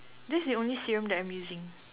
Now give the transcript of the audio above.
this is the only serum that I'm using